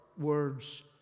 words